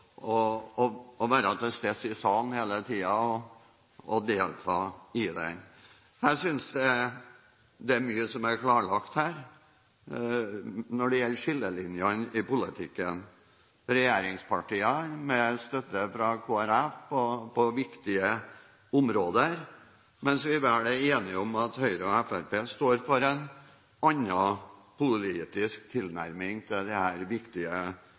interessant å være til stede i salen hele tiden og delta i den. Jeg synes det er mye som er klarlagt når det gjelder skillelinjene i politikken – regjeringspartiene med støtte fra Kristelig Folkeparti på viktige områder, mens vi vel er enige om at Høyre og Fremskrittspartiet står for en annen politisk tilnærming til disse viktige samfunnsområdene. Det